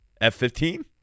f-15